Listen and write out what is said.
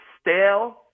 stale